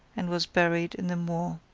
and was buried in the moor.